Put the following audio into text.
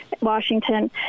Washington